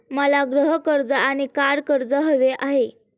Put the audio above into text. मला गृह कर्ज आणि कार कर्ज हवे आहे